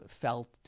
felt